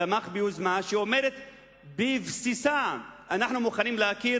תמך ביוזמה שאומרת בבסיסה: אנחנו מוכנים להכיר